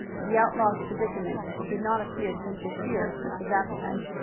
the outlaw's predicament did not appear to interfere with his appetite.